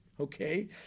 okay